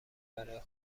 برای